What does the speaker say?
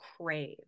crave